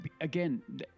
Again